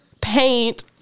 paint